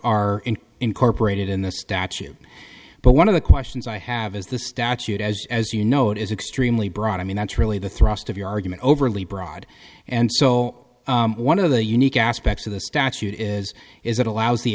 incorporated in the statute but one of the questions i have is the statute as as you know it is extremely broad i mean that's really the thrust of your argument overly broad and so one of the unique aspects of the statute is is it allows the